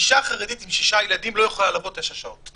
אישה חרדית עם שישה ילדים לא יכולה לעבוד תשע שעות.